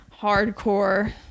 Hardcore